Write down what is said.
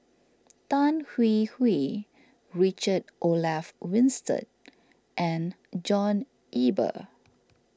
Tan Hwee Hwee Richard Olaf Winstedt and John Eber